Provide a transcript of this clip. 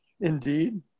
Indeed